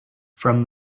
from